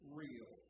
real